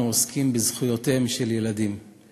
עוסקים בזכויותיהם של ילדים באופן רשמי.